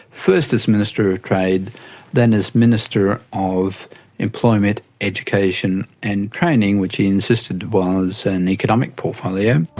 first as minister of trade then as minister of employment, education and training, which he insisted was an economic portfolio.